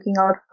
out